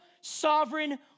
sovereign